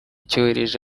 cyohereje